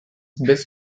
best